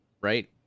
right